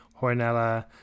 Hornella